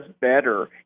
better